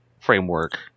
framework